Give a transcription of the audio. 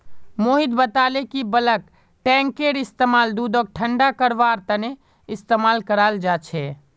मोहित बताले कि बल्क टैंककेर इस्तेमाल दूधक ठंडा करवार तने इस्तेमाल कराल जा छे